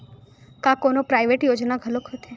का कोनो प्राइवेट योजना घलोक होथे?